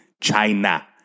China